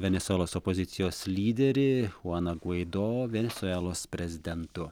venesuelos opozicijos lyderį chuaną gvaido venesuelos prezidentu